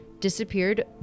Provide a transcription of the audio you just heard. disappeared